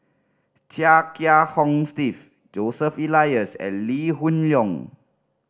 Chia Kiah Hong Steve Joseph Elias and Lee Hoon Leong